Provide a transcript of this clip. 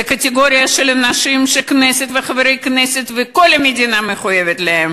זו קטגוריה של אנשים שהכנסת וחברי הכנסת וכל המדינה מחויבים להם.